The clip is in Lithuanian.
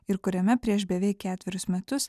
ir kuriame prieš beveik ketverius metus